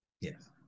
Yes